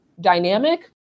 dynamic